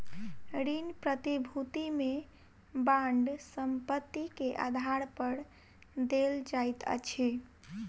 ऋण प्रतिभूति में बांड संपत्ति के आधार पर देल जाइत अछि